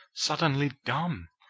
suddenly dumb.